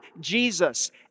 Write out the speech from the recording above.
Jesus